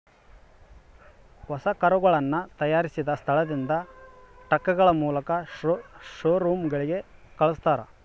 ಹೊಸ ಕರುಗಳನ್ನ ತಯಾರಿಸಿದ ಸ್ಥಳದಿಂದ ಟ್ರಕ್ಗಳ ಮೂಲಕ ಶೋರೂಮ್ ಗಳಿಗೆ ಕಲ್ಸ್ತರ